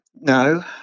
No